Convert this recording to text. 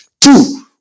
two